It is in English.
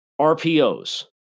RPOs